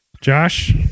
Josh